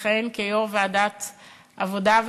שמכהן כיו"ר ועדת העבודה,